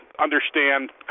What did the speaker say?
understand